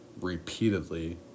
repeatedly